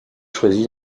choisi